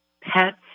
pets